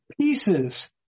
pieces